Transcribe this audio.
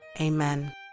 Amen